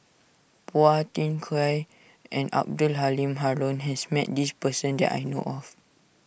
Phua Thin Kiay and Abdul Halim Haron has met this person that I know of